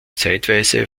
zeitweise